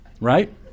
Right